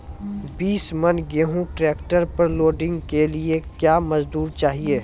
बीस मन गेहूँ ट्रैक्टर पर लोडिंग के लिए क्या मजदूर चाहिए?